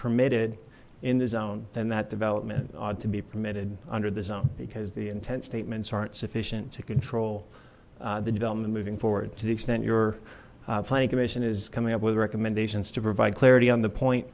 permitted in the zone and that development ought to be permitted under the zone because the intent statements aren't sufficient to control the development moving forward to the extent your planning commission is coming up with recommendations to provide clarity on the point